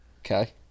Okay